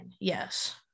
yes